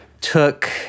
took